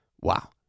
wow